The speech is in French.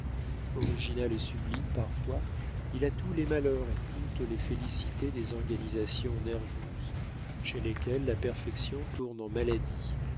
original et sublime parfois il a tous les malheurs et toutes les félicités des organisations nerveuses chez lesquelles la perfection tourne en maladie